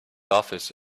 office